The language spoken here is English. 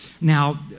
Now